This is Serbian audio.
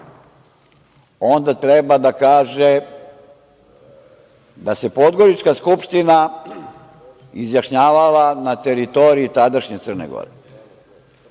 onda treba da kaže da se Podgorička skupština izjašnjavala na teritoriji tadašnje Crne Gore,